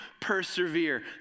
persevere